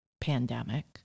pandemic